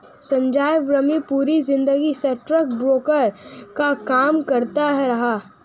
संजय वर्मा पूरी जिंदगी स्टॉकब्रोकर का काम करता रहा